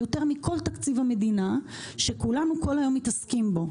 יותר מכל תקציב המדינה שכולנו כל היום מתעסקים בו,